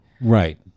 right